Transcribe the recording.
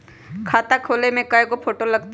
खाता खोले में कइगो फ़ोटो लगतै?